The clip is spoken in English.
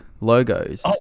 logos